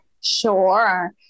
Sure